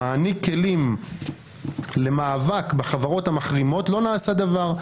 המעניק כלים למאבק בחברות המחרימות, לא נעשה דבר.